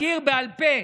אני מכיר בעל פה.